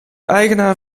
eigenaar